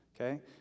Okay